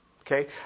Okay